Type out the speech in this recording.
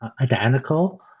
identical